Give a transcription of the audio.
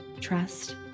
trust